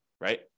right